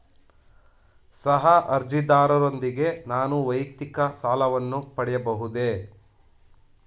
ಸಹ ಅರ್ಜಿದಾರರೊಂದಿಗೆ ನಾನು ವೈಯಕ್ತಿಕ ಸಾಲವನ್ನು ಪಡೆಯಬಹುದೇ?